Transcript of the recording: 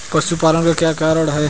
पशुपालन का क्या कारण है?